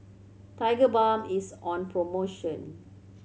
Tigerbalm is on promotion